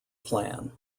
plan